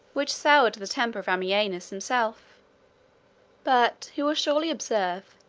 which soured the temper of ammianus himself but he will surely observe,